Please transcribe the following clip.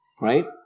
right